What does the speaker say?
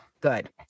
good